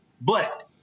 But-